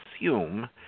assume